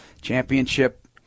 championship